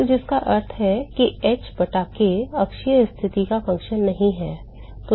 तो जिसका अर्थ है कि h बटा k अक्षीय स्थिति का फ़ंक्शन नहीं है